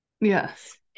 Yes